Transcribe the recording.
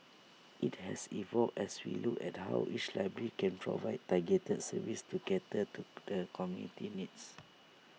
IT has evolved as we look at how each library can provide targeted services to cater to the community's needs